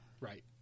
Right